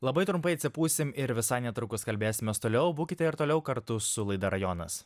labai trumpai atsipūsim ir visai netrukus kalbėsimės toliau būkite ir toliau kartu su laida rajonas